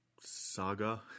saga